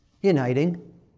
uniting